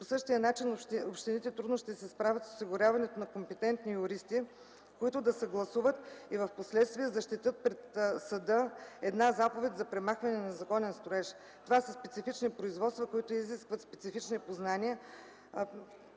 По същия начин общините трудно ще се справят с осигуряването на компетентни юристи, които да съгласуват и впоследствие да защитят пред съда една заповед за премахване на незаконен строеж. Това са специфични производства, които изискват специфични познания,